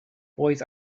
boys